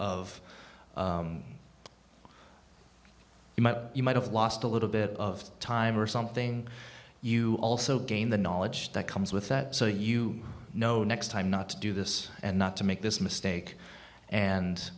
of you might have lost a little bit of time or something you also gain the knowledge that comes with that so you know next time not to do this and not to make this mistake